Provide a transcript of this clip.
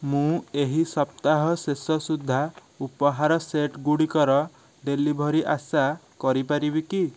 ମୁଁ ଏହି ସପ୍ତାହ ଶେଷ ସୁଦ୍ଧା ଉପହାର ସେଟ୍ ଗୁଡ଼ିକର ଡେଲିଭରି ଆଶା କରିପାରିବି କି